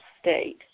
state